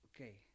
Okay